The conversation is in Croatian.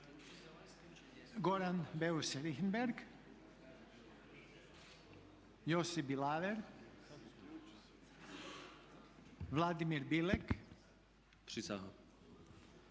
Goran Beus Richembergh, Josip Bilaver, Vladimir Bilek, Dražen